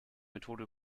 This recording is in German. methode